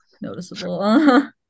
Noticeable